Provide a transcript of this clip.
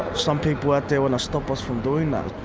some people out there wanna stop us from doing that,